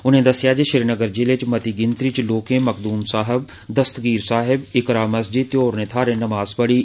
उनें दस्सेआ जे श्रीनगर जिले च मती गिनतरी च लोकें मकद्म साहब दस्तगीर साहिब इकरा मस्जिद ते होरने थाहरें नमाज पढ़ी